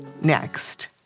Next